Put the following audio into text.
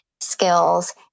skills